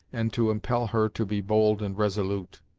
and to impel her to be bold and resolute.